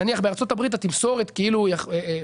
נניח בארצות הברית התמסורת היא כאילו איטית,